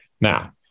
Now